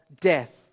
death